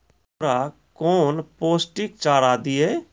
घोड़ा कौन पोस्टिक चारा दिए?